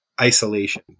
isolation